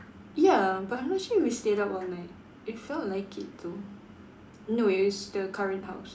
ya but I'm not sure if we stayed up all night it felt like it though no it is the current house